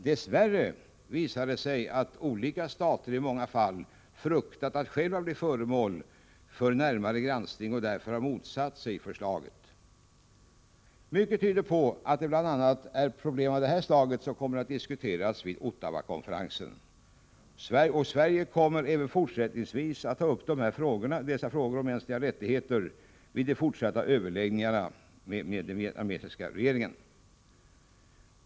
Dess värre visar det sig att olika stater i många fall fruktat för att själva bli föremål för närmare granskning och därför motsatt sig förslaget. Mycket tyder på att det bl.a. är problem av detta slag som kommer att diskuteras vid Ottawakonferensen. Sverige kommer även fortsättningsvis att ta upp frågorna om mänskliga rättigheter till överläggningar med den vietnamesiska regeringen.